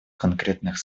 конкретных